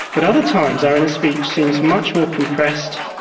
but other times our inner speech seems much more compressed,